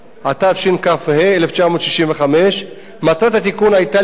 התשכ"ה 1965. מטרת התיקון היתה לקבוע